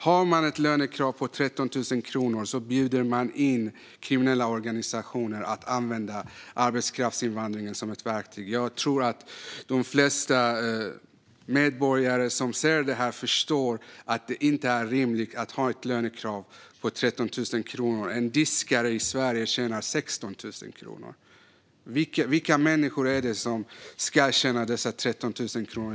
Har man ett lönekrav på 13 000 kronor bjuder man nämligen in kriminella organisationer att använda arbetskraftsinvandringen som ett verktyg. Jag tror att det flesta medborgare som ser detta förstår att det inte är rimligt att ha ett lönekrav på 13 000 kronor. En diskare i Sverige tjänar 16 000 kronor - vilka människor är det som ska tjäna dessa 13 000 kronor?